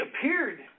appeared